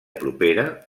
propera